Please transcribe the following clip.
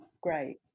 great